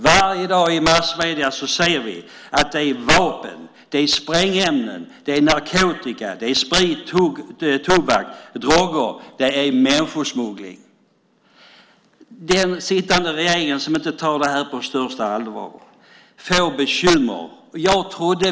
Varje dag ser vi i massmedierna att det smugglas vapen, sprängämnen, narkotika, sprit, tobak och människor. Den sittande regering som inte tar detta på största allvar får bekymmer.